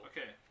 Okay